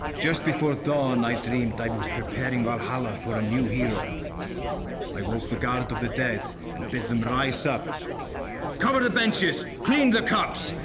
just before dawn i dreamed i was preparing valhalla for a new hero i woke the guard of the dead and bid them rise up cover the benches, clean the cups,